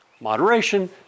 Moderation